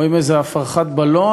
או עם איזה הפרחת בלון,